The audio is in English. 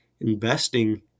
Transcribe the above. investing